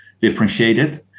differentiated